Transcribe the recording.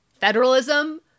federalism